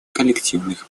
коллективных